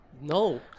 No